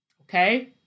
Okay